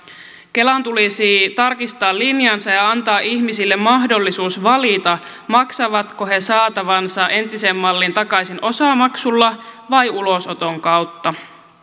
kelan tulisi tarkistaa linjansa ja ja antaa ihmisille mahdollisuus valita maksavatko he saatavansa entiseen malliin takaisin osamaksulla vai ulosoton kautta